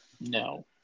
No